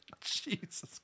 Jesus